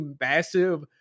massive